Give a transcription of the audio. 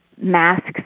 masks